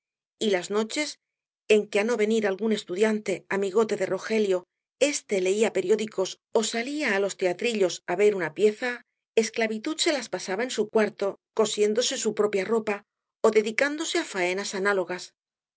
y las noches en que á no venir algún estudiante amigote de rogelio éste leía periódicos ó salía á los teatrillos á ver una pieza esclavitud se las pasaba en su cuarto cosiéndose su propia ropa ó dedicándose á faenas análogas